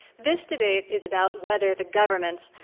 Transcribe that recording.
this debate is about whether the government,